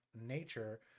nature